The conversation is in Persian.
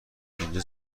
اینجا